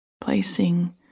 placing